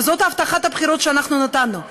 וזאת הבטחת הבחירות שאנחנו נתנו.